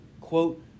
quote